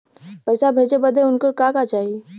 पैसा भेजे बदे उनकर का का चाही?